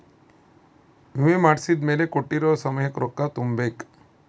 ವಿಮೆ ಮಾಡ್ಸಿದ್ಮೆಲೆ ಕೋಟ್ಟಿರೊ ಸಮಯಕ್ ರೊಕ್ಕ ತುಂಬ ಬೇಕ್